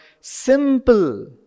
simple